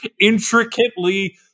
intricately